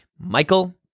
Michael